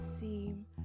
seem